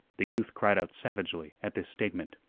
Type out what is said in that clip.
the youth cried out savagely at this statement.